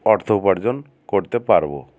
অর্থ উপার্জন করতে পারবো